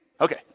Okay